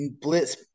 blitz